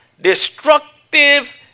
destructive